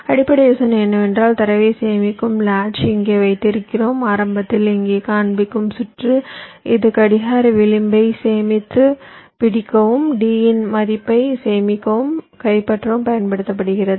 அடிப்படை யோசனை என்னவென்றால் தரவைச் சேமிக்கும் லாட்ச் இங்கே வைத்திருக்கிறோம் ஆரம்பத்தில் இங்கே காண்பிக்கும் சுற்று இது கடிகார விளிம்பை சேமித்து பிடிக்கவும் D இன் மதிப்பை சேமிக்கவும் கைப்பற்றவும் பயன்படுகிறது